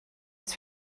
het